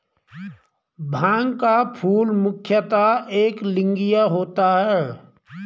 भांग का फूल मुख्यतः एकलिंगीय होता है